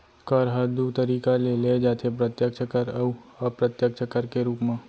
कर ह दू तरीका ले लेय जाथे प्रत्यक्छ कर अउ अप्रत्यक्छ कर के रूप म